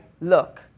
Look